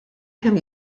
kemm